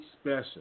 Special